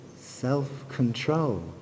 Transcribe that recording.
self-control